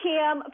Kim